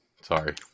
Sorry